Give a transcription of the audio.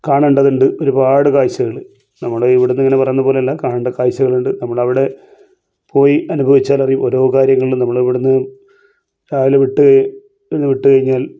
കാണേണ്ടതുണ്ട് ഒരുപാട് കാഴ്ചകള് നമ്മുടെ ഇവിടുന്ന് ഇങ്ങനെ പറയുന്നതു പോലെയല്ല കാണേണ്ട കാഴ്ചകളുണ്ട് നമ്മളവിടെ പോയി അനുഭവിച്ചാൽ അറിയാം ഓരോ കാര്യങ്ങളും നമ്മളിവിടുന്ന് രാവിലെ വിട്ട് ഇവിടുന്ന് വിട്ടു കഴിഞ്ഞാൽ